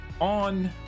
on